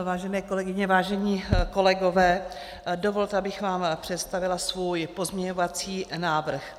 Vážené kolegyně, vážení kolegové, dovolte, abych vám představila svůj pozměňovací návrh.